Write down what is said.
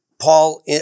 Paul